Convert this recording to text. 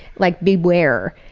like beware.